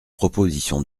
proposition